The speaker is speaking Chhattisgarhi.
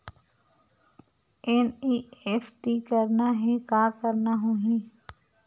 एन.ई.एफ.टी करना हे का करना होही?